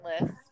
list